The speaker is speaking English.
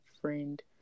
friend